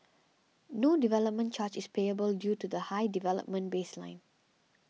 no development charge is payable due to the high development baseline